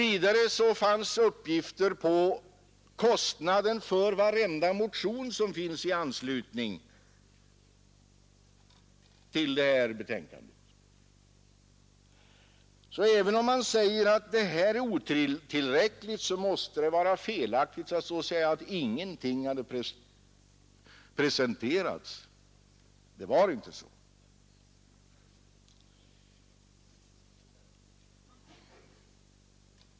Vidare fanns det uppgifter för varje motion som väckts i anslutning till skatteförslaget om hur mycket det skulle kosta att bifalla förslaget. Även om det möjligen kan sägas att materialet var otillräckligt, måste det följaktligen vara felaktigt att säga att ingenting hade presenterats. Det var inte så.